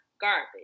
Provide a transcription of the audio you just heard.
garbage